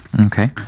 okay